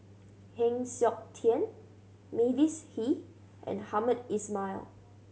Heng Siok Tian Mavis Hee and Hamed Ismail